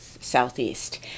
southeast